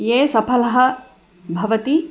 यः सफलः भवति